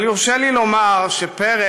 אבל יורשה לי לומר שפרס,